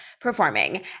performing